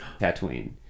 Tatooine